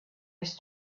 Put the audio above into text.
his